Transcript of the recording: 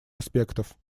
аспектов